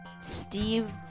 Steve